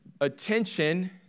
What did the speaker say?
attention